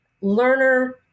learner